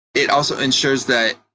it also ensures that,